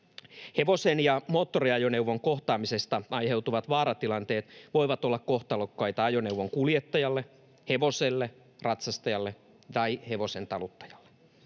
Hevosen ja moottoriajoneuvon kohtaamisesta aiheutuvat vaaratilanteet voivat olla kohtalokkaita ajoneuvon kuljettajalle, hevoselle, ratsastajalle tai hevosen taluttajalle.